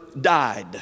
died